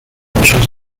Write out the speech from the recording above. muchos